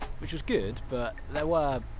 which was good, but there were.